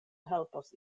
helpos